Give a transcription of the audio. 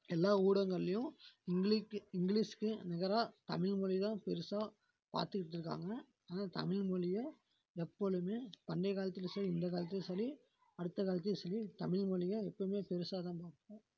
எல்லா ஊடகங்கள்லையும் இங்கிலிக்கு இங்கிலிஷ்க்கு நிகராக தமிழ்மொழி தான் பெருசாக பார்த்துக்கிட்டு இருக்காங்க ஆனால் தமிழ் மொழியை எப்பொழுதுமே பண்டைய காலத்துலேயும் சரி இந்த காலத்துலேயும் சரி அடுத்த காலத்துலேயும் சரி தமிழ் மொழியை எப்பயுமே பெருசாக தான் பார்ப்பாங்க